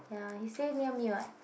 ya he stay near me [what]